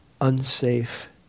unsafe